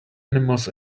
animals